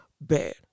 bad